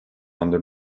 under